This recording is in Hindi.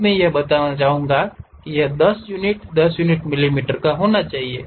अब मैं यह बताना चाहूंगा कि यह 10 यूनिट 10 मिलीमीटर होना चाहिए